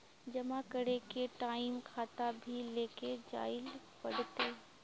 जमा करे के टाइम खाता भी लेके जाइल पड़ते?